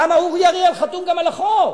למה, גם אורי אריאל חתום על החוק.